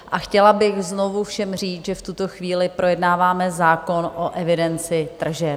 A chtěla bych znovu všem říct, že v tuto chvíli projednáváme zákon o evidenci tržeb.